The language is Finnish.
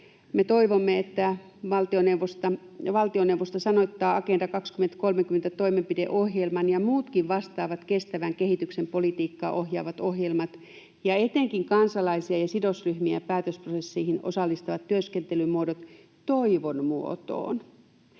me toivomme, että valtioneuvosto sanoittaa Agenda 2030 ‑toimenpideohjelman ja muutkin vastaavat kestävän kehityksen politiikkaa ohjaavat ohjelmat ja etenkin kansalaisia ja sidosryhmiä päätösprosesseihin osallistavat työskentelymuodot toivon muotoon.